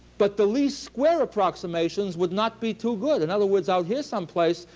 but the least square approximations would not be too good. in other words, out here someplace,